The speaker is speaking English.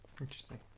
Interesting